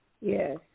Yes